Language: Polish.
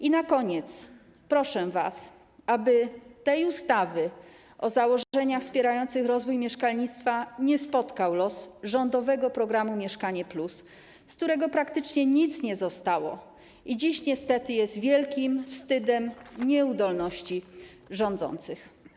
I na koniec proszę was, aby tej ustawy o założeniach wspierających rozwój mieszkalnictwa nie spotkał los rządowego programu „Mieszkanie+”, z którego praktycznie nic nie zostało i który dziś niestety jest wielkim wstydem, oznaką nieudolności rządzących.